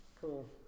Cool